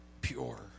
pure